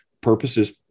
purposes